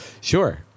Sure